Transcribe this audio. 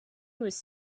was